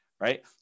Right